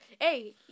Hey